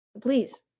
please